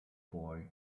boy